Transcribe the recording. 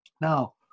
Now